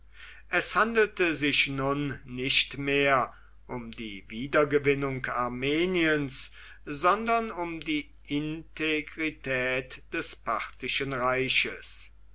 es handelte sich nun nicht mehr um die wiedergewinnung armeniens sondern um die integrität des parthischen reiches